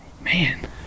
Man